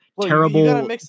terrible